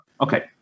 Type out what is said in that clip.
Okay